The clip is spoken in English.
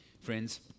Friends